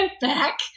back